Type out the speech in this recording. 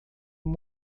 uma